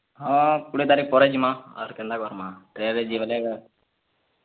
ହଁ କୁଡ଼ିଏ ତାରିଖ୍ ପରେ ଯିମା ଆର୍ କେନ୍ତା କର୍ମା ଫେର୍ ଯିବି ବୋଇଲେ